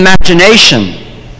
imagination